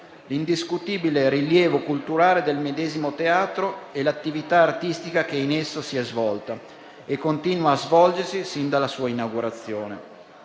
l'indiscutibile rilievo culturale del medesimo e l'attività artistica che in esso si è svolta, e continua a svolgersi, sin dalla sua inaugurazione.